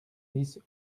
dix